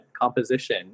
composition